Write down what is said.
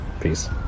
Peace